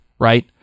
right